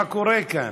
מה קורה כאן?